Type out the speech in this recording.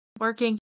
Working